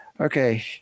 okay